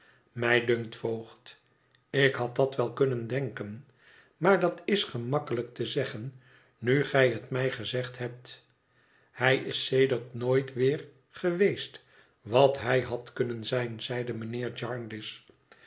mij dunkt voogd ik had dat wel kunnen denken maar dat is gemakkelijk te zeggen nu gij het mij gezegd hebt hij is sedert nooit weer geweest wat hij had kunnen zijn zeide mijnheer